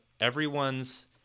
everyone's